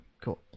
cool